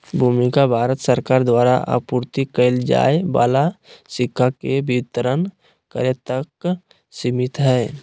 भूमिका भारत सरकार द्वारा आपूर्ति कइल जाय वाला सिक्का के वितरण करे तक सिमित हइ